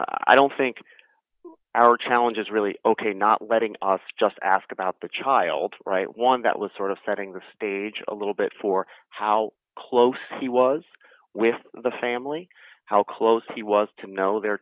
i don't think our challenge is really ok not letting us just ask about the child right one that was sort of setting the stage a little bit for how close he was with the family how close he was to know their